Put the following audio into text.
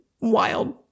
wild